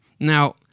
Now